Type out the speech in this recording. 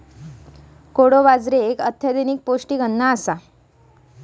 कोडो बाजरी एक अत्यधिक पौष्टिक अन्न आसा